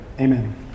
Amen